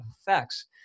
effects